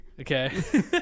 Okay